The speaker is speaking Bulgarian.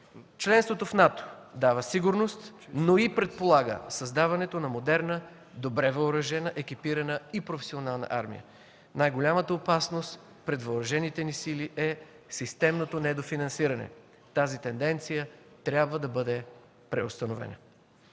Членството в НАТО дава сигурност, но и предполага създаването на модерна, добре въоръжена, екипирана и професионална армия. Най-голямата опасност пред Въоръжените ни сили е системното недофинансиране. Тази тенденция трябва да бъде преустановена.